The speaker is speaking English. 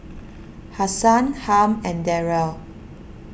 Hasan Harm and Darryle